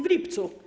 W lipcu.